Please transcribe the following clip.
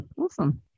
awesome